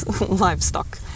livestock